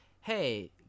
hey